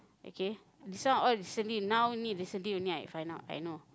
okay this one all recently now only recently only I find out I know